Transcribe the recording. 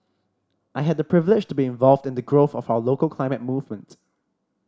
I had the privilege to be involved in the growth of our local climate movement